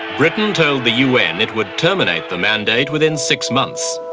britain told the un it would terminate the mandate within six months.